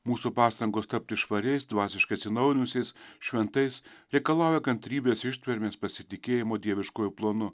mūsų pastangos tapti švariais dvasiškai atsinaujinusiais šventais reikalauja kantrybės ištvermės pasitikėjimo dieviškuoju planu